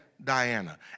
Diana